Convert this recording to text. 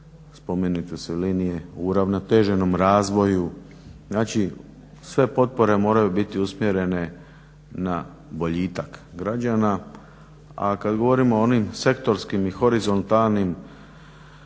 spomenute su linije, uravnoteženom razvoju. Znači sve potpore moraju biti usmjerene na boljitak građana. A kad govorimo o onim sektorskim i horizontalnim